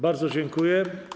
Bardzo dziękuję.